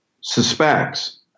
suspects